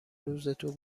روزتو